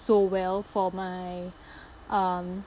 so well for my um